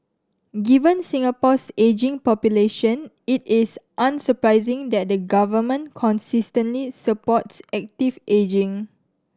given Singapore's ageing population it is unsurprising that the government consistently supports active ageing